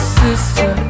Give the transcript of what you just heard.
sister